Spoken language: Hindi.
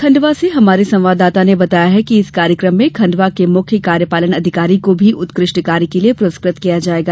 खंडवा से हमारे संवाददाता ने बताया है कि इस कार्यकम में खंडवा के मुख्य कार्यपालन अधिकारी को भी उत्कृष्ट कार्य के लिए पुरस्कृत किया जायेगा